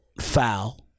foul